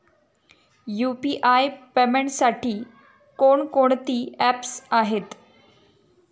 UPI पेमेंटसाठी कोणकोणती apps आहेत?